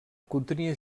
contenia